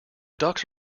ducks